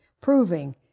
proving